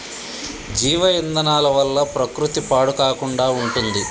జీవ ఇంధనాల వల్ల ప్రకృతి పాడు కాకుండా ఉంటుంది